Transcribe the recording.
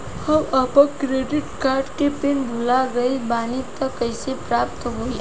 हम आपन credit card के पिन भुला गइल बानी त कइसे प्राप्त होई?